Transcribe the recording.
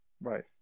Right